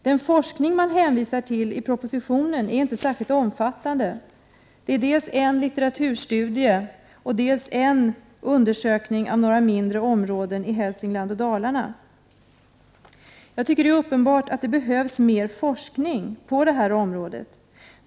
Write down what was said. Den forskning man hänvisar till i propositionen är inte särskilt omfattande. Det är dels en litteraturstudie, dels en undersökning av några mindre områden i Hälsingland och Dalarna. Det är uppenbart att det behövs mer forskning på detta område.